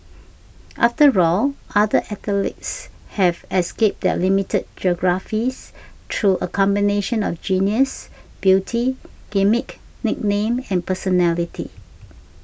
after all other athletes have escaped their limited geographies through a combination of genius beauty gimmick nickname and personality